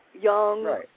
young